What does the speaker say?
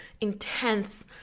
intense